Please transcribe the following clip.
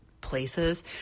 places